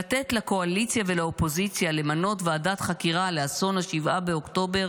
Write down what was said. לתת לקואליציה ולאופוזיציה למנות ועדת חקירה לאסון 7 באוקטובר